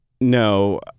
No